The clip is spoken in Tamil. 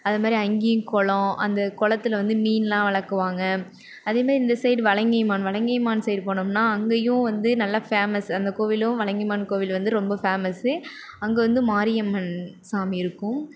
அதுமாதிரி அங்கேயும் குளம் அந்த குளத்தில் வந்து மீனெலாம் வளர்க்குவாங்க அதேமாதிரி இந்த சைடு வலங்கைமான் வலங்கைமான் சைடு போனோம்னால் அங்கேயும் வந்து நல்லா ஃபேமஸ் அந்த கோவிலும் வலங்கைமான் கோவில் வந்து ரொம்ப ஃபேமஸ்ஸு அங்கே வந்து மாரியம்மன் சாமி இருக்கும்